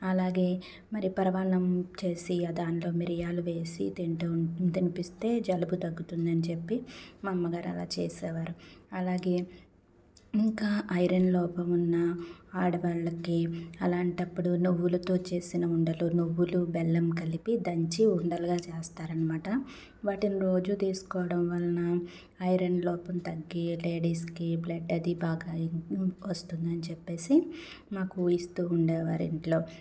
అలాగే మరి పరమాన్నం చేసి దాంట్లో మిరియాలు వేసి తింటం తినిపిస్తే జలుబు తగ్గుతుంది అని చెప్పి మా అమ్మగారు అలా చేసేవారు అలాగే ఇంకా ఐరన్ లోపం ఉన్న ఆడవాళ్ళకి అలాంటప్పుడు నువ్వులతో చేసిన ఉండలు నువ్వులు బెల్లం కలిపి దంచి ఉండలుగా చేస్తారు అనమాట వాటిని రోజు తీసుకోవడం వలన ఐరన్ లోపం తగ్గి లేడీస్కి బ్లడ్ అది బాగా వస్తుంది అని చెప్పేసి మాకు ఇస్తూ ఉండేవారు ఇంట్లో